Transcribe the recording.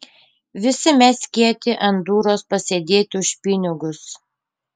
visi mes kieti ant dūros pasėdėti už pinigus